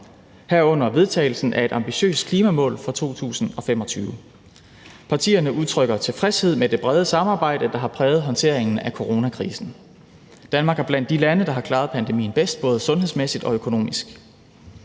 herunder vedtagelsen af et ambitiøst klimamål for 2025. Partierne udtrykker tilfredshed med det brede samarbejde, der har præget håndteringen af coronakrisen. Danmark er blandt de lande, der har klaret pandemien bedst, både sundhedsmæssigt og økonomisk.